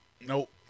Nope